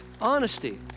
Honesty